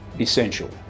Essential